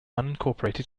unincorporated